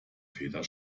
feder